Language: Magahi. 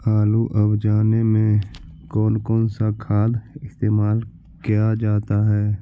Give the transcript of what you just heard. आलू अब जाने में कौन कौन सा खाद इस्तेमाल क्या जाता है?